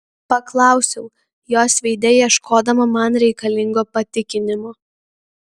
paklausiau jos veide ieškodama man reikalingo patikinimo